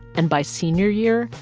and by senior year,